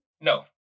No